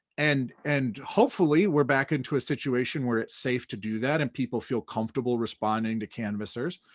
and and hopefully we're back into a situation where it's safe to do that and people feel comfortable responding to canvassers.